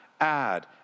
add